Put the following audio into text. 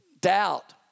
Doubt